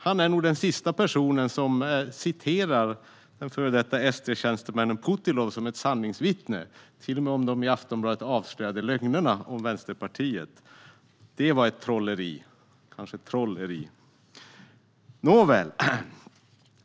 Han är nog den sista person som fortfarande citerar den förre SD-tjänstemannen Putilov som ett sanningsvittne, till och med när det gäller de i Aftonbladet avslöjade lögnerna om Vänsterpartiet. Det var ett trolleri - det var kanske troll. Nåväl.